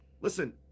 listen